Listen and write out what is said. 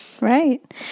Right